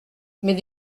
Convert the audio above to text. mais